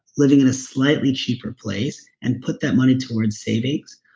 living in a slightly cheaper place, and put that money towards savings,